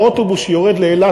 באוטובוס שיורד לאילת,